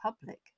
public